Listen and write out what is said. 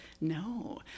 No